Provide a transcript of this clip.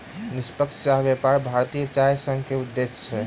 निष्पक्ष चाह व्यापार भारतीय चाय संघ के उद्देश्य अछि